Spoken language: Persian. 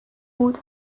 بود